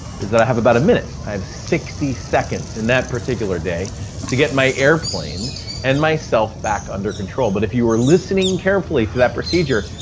is that i have about a minute. i have sixty seconds in that particular day to get my airplane and myself back under control. but if you were listening carefully to that procedure,